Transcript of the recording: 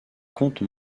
comte